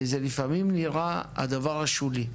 והם לפעמים נראים כדבר השולי.